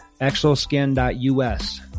Exoskin.us